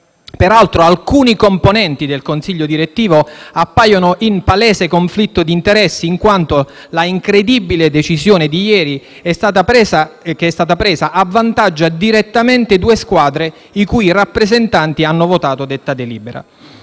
Peraltro, alcuni componenti del consiglio direttivo appaiono in palese conflitto di interessi, in quanto l'incredibile decisione presa ieri avvantaggia direttamente due squadre i cui rappresentanti hanno votato detta delibera.